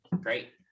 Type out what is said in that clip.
great